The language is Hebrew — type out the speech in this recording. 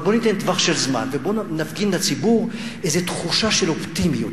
אבל בוא וניתן טווח של זמן ובוא ונפגין לציבור איזו תחושה של אופטימיות,